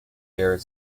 bear